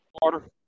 Water